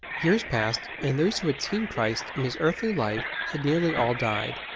years passed, and those who had seen christ in his earthly life had nearly all died,